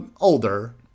older